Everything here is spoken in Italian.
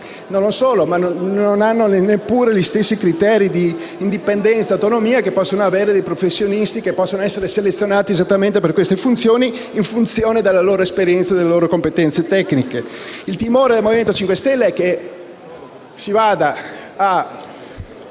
inoltre non hanno neppure gli stessi criteri di indipendenza e autonomia di professionisti che possono essere selezionati esattamente per queste funzioni in ragione della loro esperienza e delle loro competenze tecniche. Il timore del Movimento 5 Stelle è che si vada a